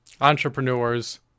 Entrepreneurs